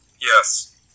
Yes